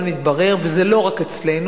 אבל מתברר, וזה לא רק אצלנו,